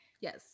Yes